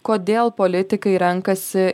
kodėl politikai renkasi